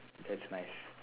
that's nice